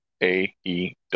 AEW